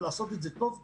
ולעשות את זה טוב בבית.